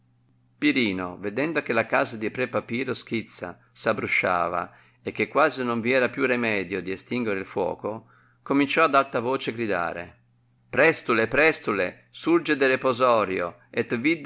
pirino vedendo che la casa di pre papiro schizza s abbrusciava e che quasi non vi era più rimedio di estinguere il fuoco cominciò ad alta voce gridare prestule presfiile surge